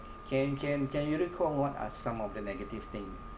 can can can you recall what are some of the negative thing